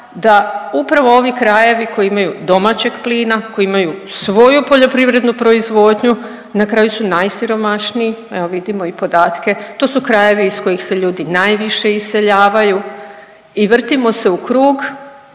da upravo ovi krajevi koji imaju domaćeg plina, koji imaju svoju poljoprivrednu proizvodnju na kraju su najsiromašniji. Evo vidimo i podatke. To su krajevi iz kojih se ljudi najviše iseljavaju i vrtimo se u krug,